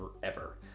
forever